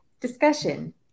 Discussion